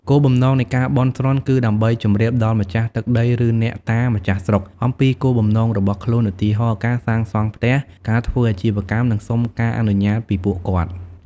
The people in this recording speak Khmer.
គោលបំណងនៃការបន់ស្រន់គឺដើម្បីជម្រាបដល់ម្ចាស់ទឹកដី ឬអ្នកតាម្ចាស់ស្រុកអំពីគោលបំណងរបស់ខ្លួន ឧទាហរណ៍ ការសាងសង់ផ្ទះ ការធ្វើអាជីវកម្ម និងសុំការអនុញ្ញាតពីពួកគាត់។